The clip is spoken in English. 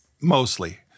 Mostly